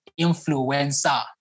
influencer